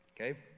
Okay